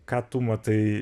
ką tu matai